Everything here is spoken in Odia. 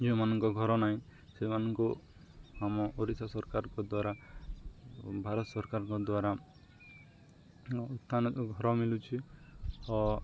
ଯେଉଁମାନଙ୍କ ଘର ନାହିଁ ସେଇମାନଙ୍କୁ ଆମ ଓଡ଼ିଶା ସରକାରଙ୍କ ଦ୍ୱାରା ଭାରତ ସରକାରଙ୍କ ଦ୍ୱାରା ଉତ୍ଥାନ ଘର ମିଳୁଛି ଓ